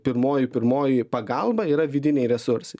pirmoji pirmoji pagalba yra vidiniai resursai